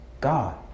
God